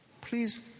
please